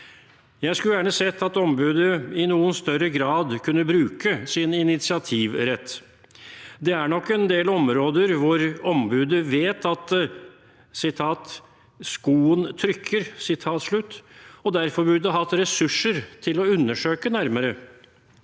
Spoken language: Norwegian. Jeg skulle gjerne sett at ombudet i noe større grad kunne bruke sin initiativrett. Det er nok en del områder hvor ombudet vet at «skoen trykker», og derfor burde hatt ressurser til å undersøke nærmere.